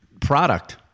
product